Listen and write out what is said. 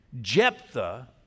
Jephthah